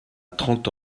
trente